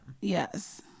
Yes